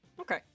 okay